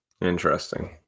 Interesting